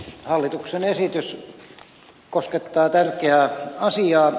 hallituksen esitys koskettaa tärkeää asiaa